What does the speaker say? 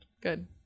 Good